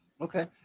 Okay